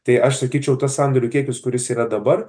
tai aš sakyčiau tas sandorių kiekis kuris yra dabar